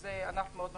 וזה ענף מאוד משמעותי.